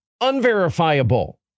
unverifiable